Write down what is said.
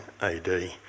AD